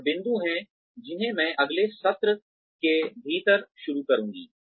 कुछ और बिंदु हैं जिन्हें मैं अगले सत्र के भीतर शुरू करूंगी